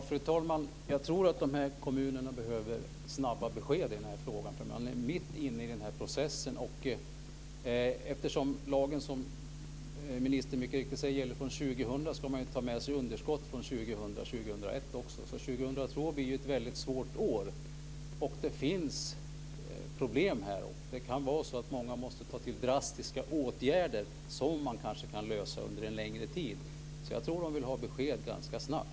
Fru talman! Jag tror att de här kommunerna behöver snabba besked i den här frågan för de är mitt inne i den här processen. Eftersom lagen, som ministern mycket riktigt säger, gäller från 2000 ska de ta med sig underskott från 2000 och 2001. Då blir ju 2002 ett väldigt svårt år. Det finns problem här. Det kan vara så att många måste ta till drastiska åtgärder när det gäller sådant som de kanske kan lösa under en längre tid, så jag tror att de vill ha besked ganska snabbt.